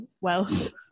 wealth